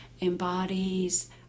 embodies